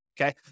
okay